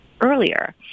earlier